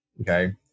Okay